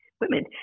women